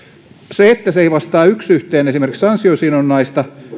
se että se ei vastaa yksi yhteen esimerkiksi ansiosidonnaista